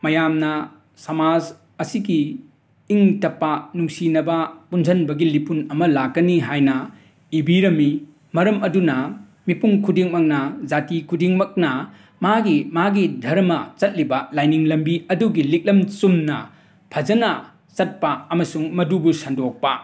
ꯃꯌꯥꯝꯅ ꯁꯃꯥꯖ ꯑꯁꯤꯒꯤ ꯏꯪ ꯇꯞꯄ ꯅꯨꯡꯁꯤꯅꯕ ꯄꯨꯟꯁꯤꯟꯕꯒꯤ ꯂꯤꯄꯨꯟ ꯑꯃ ꯂꯥꯛꯀꯅꯤ ꯍꯥꯏꯅ ꯏꯕꯤꯔꯝꯃꯤ ꯃꯔꯝ ꯑꯗꯨꯅ ꯃꯤꯄꯨꯝ ꯈꯨꯗꯤꯡꯃꯛꯅ ꯖꯥꯇꯤ ꯈꯨꯗꯤꯡꯃꯛꯅ ꯃꯥꯒꯤ ꯃꯥꯒꯤ ꯙꯔꯃ ꯆꯠꯂꯤꯕ ꯂꯥꯏꯅꯤꯡ ꯂꯝꯕꯤ ꯑꯗꯨꯒꯤ ꯂꯤꯛꯂꯝ ꯆꯨꯝꯅ ꯐꯖꯟꯅ ꯆꯠꯄ ꯑꯃꯁꯨꯡ ꯃꯗꯨꯕꯨ ꯁꯟꯗꯣꯛꯄ